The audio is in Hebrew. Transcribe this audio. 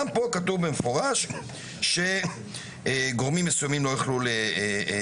גם פה כתב במפורש שגורמים מסוימים לא יוכלו להיכנס.